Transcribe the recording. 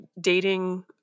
dating